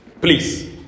Please